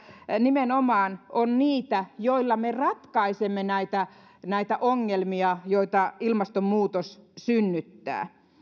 nimenomaan on niitä joilla me ratkaisemme näitä näitä ongelmia joita ilmastonmuutos synnyttää